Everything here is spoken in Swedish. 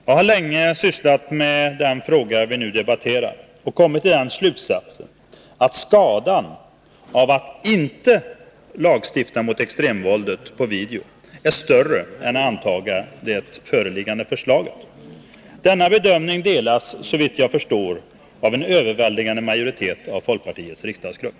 Jag har länge ägnat mig åt den fråga som vi nu debatterar, och jag har kommit fram till den slutsatsen att skadan av att inte lagstifta mot extremvåldet på video är långt större än av att anta det föreliggande förslaget. Denna bedömning delas, såvitt jag förstår, av en överväldigande majoritet av folkpartiets riksdagsgrupp.